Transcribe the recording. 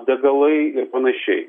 degalai ir panašiai